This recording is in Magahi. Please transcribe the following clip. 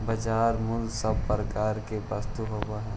बाजार मूल्य सब प्रकार के वस्तु के होवऽ हइ